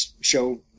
show